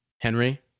Henry